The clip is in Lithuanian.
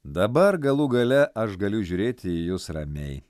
dabar galų gale aš galiu žiūrėti į jus ramiai